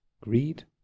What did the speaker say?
greed